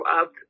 up